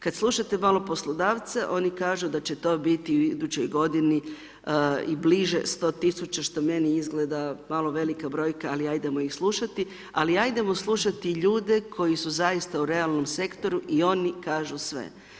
Kad slušate malo poslodavce oni kažu da će to biti u idućoj godini i bliže 100000, što meni izgleda, malo velika brojka, ali 'ajdemo ih slušati, ali 'ajdemo slušati ljude koji su zaista u realnom sektoru i oni kažu sve.